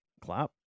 clap